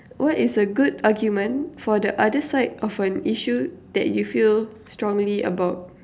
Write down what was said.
what is a good argument for the other side of an issue that you feel strongly about